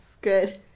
good